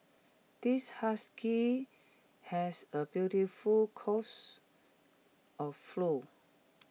this husky has A beautiful coats of flu